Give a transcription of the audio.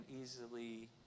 easily